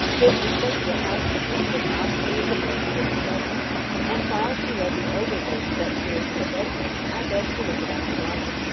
his respectable housekeeper stood modestly at the door to bid us welcome and, while she led the elder ladies upstairs to a bedroom, i begged to look about the garden.